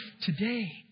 today